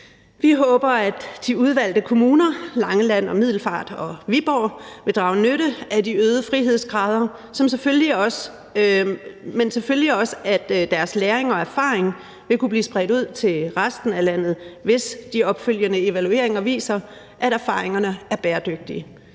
Vi håber, at de udvalgte kommuner, Langeland, Middelfart og Viborg, vil drage nytte af de øgede frihedsgrader, men selvfølgelig også, at deres læring og erfaring vil kunne blive spredt ud til resten af landet, hvis de opfølgende evalueringer viser, at erfaringerne er bæredygtige.